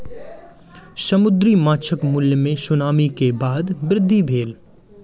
समुद्री माँछक मूल्य मे सुनामी के बाद वृद्धि भेल